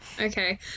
Okay